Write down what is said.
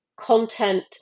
content